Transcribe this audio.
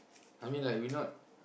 I mean like we not